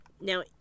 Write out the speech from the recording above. Now